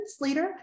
later